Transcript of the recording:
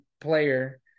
player